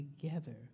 together